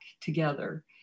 together